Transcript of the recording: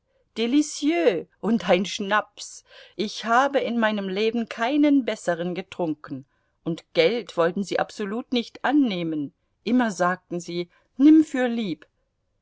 und ein schnaps ich habe in meinem leben keinen besseren getrunken und geld wollten sie absolut nicht annehmen immer sagten sie nimm fürlieb